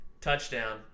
Touchdown